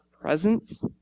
presence